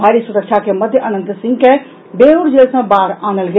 भारी सुरक्षा के मध्य अनंत सिंह के बेउर जेल सॅ बाढ़ आनल गेल